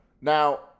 Now